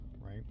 right